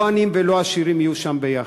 לא העניים ולא העשירים יהיו שם, יחד.